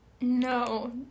no